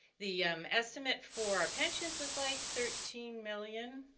the estimate for our pensions was like thirteen million